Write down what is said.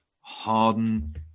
harden